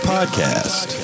Podcast